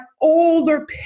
older